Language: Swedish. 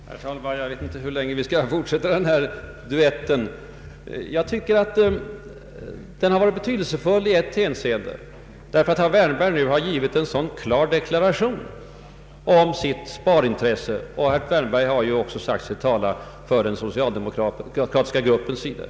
Herr talman! Jag vet inte hur länge vi skall fortsätta vår duett. Den har varit betydelsefull i ett hänseende. Herr Wärnberg har nämligen givit en klar deklaration om sitt sparintresse, och han har ju också sagt sig tala för den socialdemokratiska riksdagsgruppen.